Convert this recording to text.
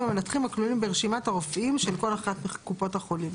המנתחים בכלולים ברשימת הרופאים של כל אחת מקופות החולים".